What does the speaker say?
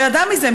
לא ידע מזה,